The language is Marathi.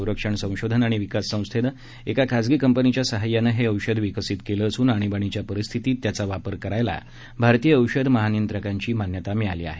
संरक्षण संशोधन आणि विकास संस्थेने एका खाजगी कंपनीच्या सहाय्याने हे औषध विकसित केलं असून आणीबाणीच्या परिस्थितीत त्याचा वापर करायला भारतीय औषध महानियंत्रकांची मान्यता मिळाली आहे